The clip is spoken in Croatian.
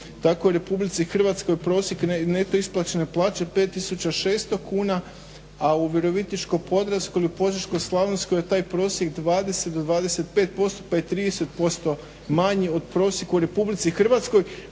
tako u RH prosjek neto isplaćene plaće 5600 kuna, a u Virovitičko-podravskoj ili Požeško-slavonskoj je taj prosjek 20 do 25% pa i 30% manji od prosjeka u RH pa se